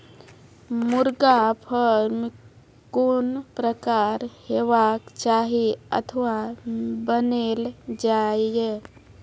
मुर्गा फार्म कून प्रकारक हेवाक चाही अथवा बनेल जाये?